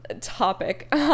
topic